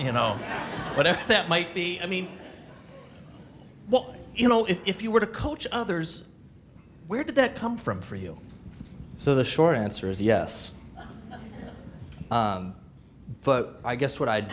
you know whatever that might be i mean what you know if you were to coach others where did that come from for you so the short answer is yes but i guess what i